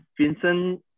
Vincent